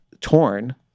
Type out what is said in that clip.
torn